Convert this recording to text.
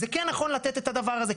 זה כן נכון לתת את הדבר הזה.